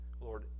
lord